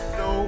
no